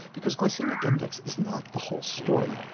because glycaemic index is not the whole story,